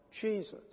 Jesus